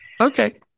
Okay